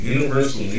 Universal